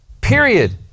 period